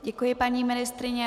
Děkuji, paní ministryně.